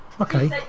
okay